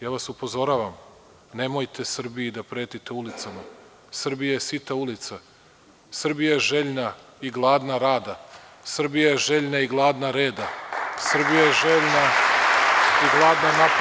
Ja vas upozoravam, nemojte Srbiji da pretite ulicama, Srbija je sita ulica, Srbija je željna i gladna rada, Srbija je željna i gladna reda, Srbija je željna i gladan napretka.